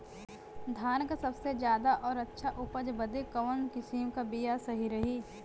धान क सबसे ज्यादा और अच्छा उपज बदे कवन किसीम क बिया सही रही?